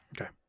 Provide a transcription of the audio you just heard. Okay